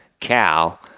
cow